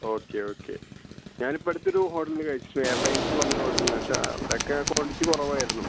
okay okay ഞാനിപ്പട്ത്തൊരു hotel കഴിച്ചു എയർലൈൻസ്ന്ന് പറഞ്ഞൊരു ഹോട്ടൽന്ന് പക്ഷേ അവിടൊക്കെ ക്വാണ്ടിറ്റി കുറവായിരുന്നു